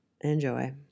enjoy